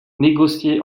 négocié